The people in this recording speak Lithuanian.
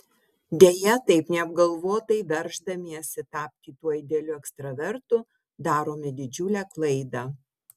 deja taip neapgalvotai verždamiesi tapti tuo idealiu ekstravertu darome didžiulę klaidą